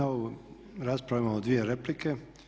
Na ovu raspravu imamo dvije replike.